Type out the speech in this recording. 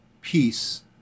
peace